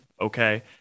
Okay